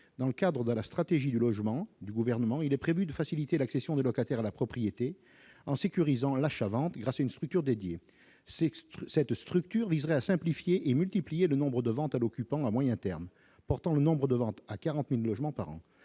dans le cadre de la stratégie de logement du gouvernement, il est prévu de faciliter l'accession de locataires à la propriété en sécurisant l'achat-vente grâce à une structure dédiée, c'est cette structure viseraient à simplifier et multiplier le nombre de ventes à l'occupant à moyen terme, portant le nombre de ventes à 40000 logements par an,